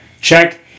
check